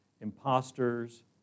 imposters